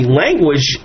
language